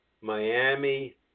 Miami